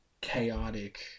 Chaotic